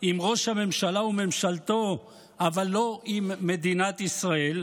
עם ראש הממשלה וממשלתו אבל לא עם מדינת ישראל?